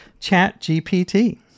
ChatGPT